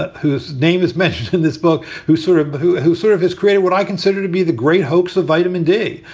ah whose name is mentioned in this book who sort of who who sort of has created what i consider to be the great hoax of vitamin d.